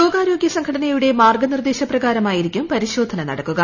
ലോകാരോഗ്യ സംഘടനയുടെ മാർഗ്ഗ നിർദ്ദേശപ്രകാരമായിരിക്കും പരിശോധന നടക്കുക